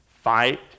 Fight